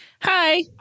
Hi